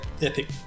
epic